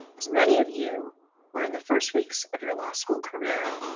as many of you were in the first weeks of your law school career,